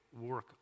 work